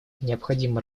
необходимо